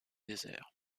désert